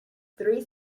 three